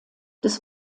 des